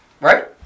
Right